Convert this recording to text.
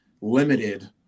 limited